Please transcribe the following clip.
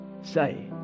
say